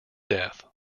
death